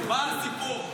מה הסיפור?